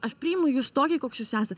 aš priimu jus tokį koks jūs esat